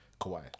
Kawhi